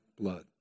blood